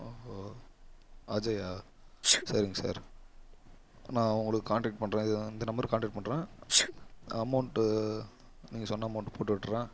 ஓ அஜயா சரிங்க சார் நான் உங்களுக்கு கான்டக்ட் பண்ணுறேன் இது இந்த நம்பருக்கு கான்டக்ட் பண்ணுறேன் அமௌண்ட்டு நீங்கள் சொன்ன அமௌண்ட் போட்டுவிட்றேன்